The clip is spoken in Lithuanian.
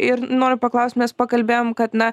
ir noriu paklaust mes pakalbėjom kad na